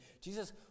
Jesus